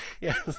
Yes